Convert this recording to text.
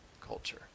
Culture